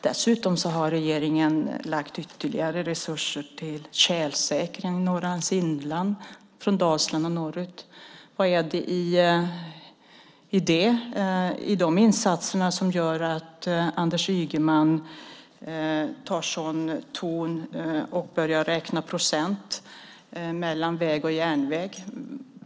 Dessutom har regeringen lagt till ytterligare resurser till tjälsäkring i Norrlands inland från Dalsland och norrut. Vad är det i de insatserna som gör att Anders Ygeman tar sig en sådan ton och börjar räkna på procentfördelningen mellan väg och järnväg?